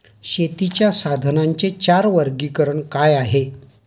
शेतीच्या साधनांचे चार वर्गीकरण काय आहे?